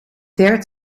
ver